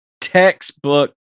textbook